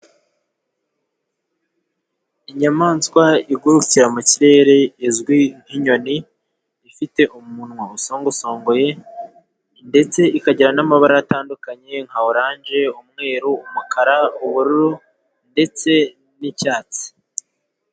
Inyamaswa igurukira mu kirere izwi nk'inyoni, ifite umunwa usongosongoye ,ndetse ikagira n'amabara atandukanye nka :oranje, umweru, umukara, ubururu ndetse n'icyatsi.